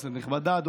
כנסת נכבדה,